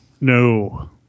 No